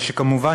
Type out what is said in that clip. וכמובן,